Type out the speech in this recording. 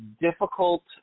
difficult